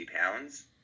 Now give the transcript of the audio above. pounds